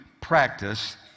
practice